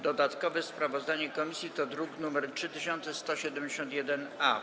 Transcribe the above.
Dodatkowe sprawozdanie komisji to druk nr 3171-A.